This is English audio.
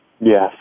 Yes